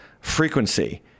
Frequency